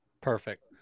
Perfect